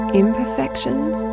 imperfections